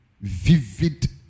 vivid